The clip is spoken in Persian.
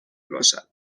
باشد